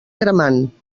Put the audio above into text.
cremant